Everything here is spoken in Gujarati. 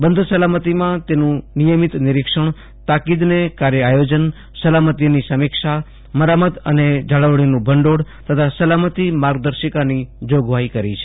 બંધ સલામતીમાં તેનું નિયમિત નીરિક્ષણ તાકીદને કાર્ય આયોજન સલામતિની સમિક્ષા મરામત અને જાળવણીનું ભંડીળ તથા સલામતી માર્ગર્શિકાની જોગવાઈ કરી છે